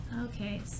Okay